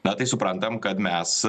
na tai suprantam kad mes